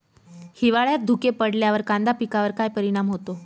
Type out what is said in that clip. हिवाळ्यात धुके पडल्यावर कांदा पिकावर काय परिणाम होतो?